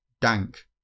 Dank